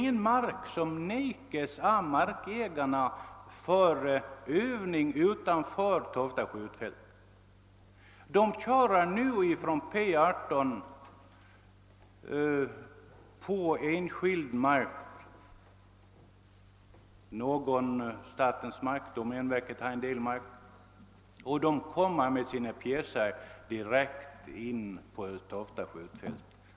Ingen av ägarna av marken i anslutning till Tofta skjutfält vägrar att ställa den till förfogande för övningar utanför detta fält. Militära fordon kör redan nu på enskild mark från P 18. Också staten äger genom domänverket en del av den angränsande marken. Militärerna kan alltså redan nu transportera sina pjäser direkt in till Tofta skjutfält.